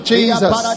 Jesus